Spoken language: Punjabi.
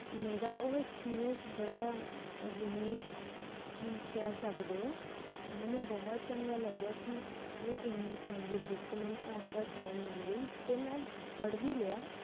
ਮੇਰਾ ਉਹ ਐਕਸਪੀਰੀਐਂਸ ਬੜਾ ਯੂਨੀਕ ਕਹਿ ਸਕਦੇ ਹੋ ਮੈਨੂੰ ਬਹੁਤ ਚੰਗਾ ਲੱਗਿਆ ਕਿ ਇੰਨੀ ਚੰਗੀ ਬੁੱਕ ਮੈਨੂੰ ਔਨ ਦਾ ਟਾਈਮ ਮਿਲ ਗਈ ਅਤੇ ਮੈਂ ਪੜ੍ਹ ਵੀ ਲਿਆ